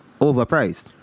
overpriced